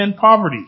poverty